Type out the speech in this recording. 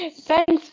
Thanks